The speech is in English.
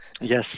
Yes